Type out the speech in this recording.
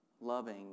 loving